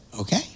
okay